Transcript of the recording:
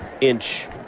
inch